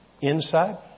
Inside